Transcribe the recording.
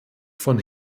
von